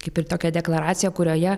kaip ir tokią deklaraciją kurioje